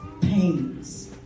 pains